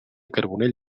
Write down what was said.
carbonell